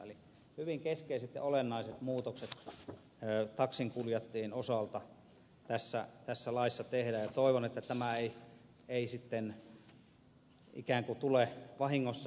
eli hyvin keskeiset ja olennaiset muutokset taksinkuljettajien osalta tässä laissa tehdään ja toivon että tämä ei sitten ikään kuin tule vahingossa ohitetuksi